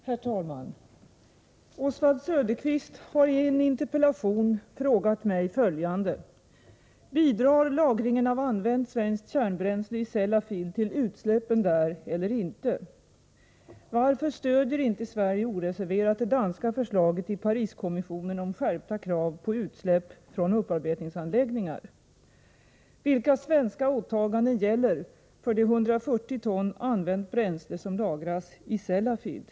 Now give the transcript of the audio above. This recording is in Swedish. Herr talman! Oswald Söderqvist har i interpellation frågat mig följande: 1. Bidrar lagringen av använt, svenskt kärnbränsle i Sellafield till utsläppen där eller inte? 2. Varför stödjer inte Sverige oreserverat det danska förslaget i Pariskommissionen om skärpta krav på utsläpp från upparbetningsanläggningar? 3. Vilka svenska åtaganden gäller för de 140 ton använt bränsle som lagras i Sellafield?